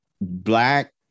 Black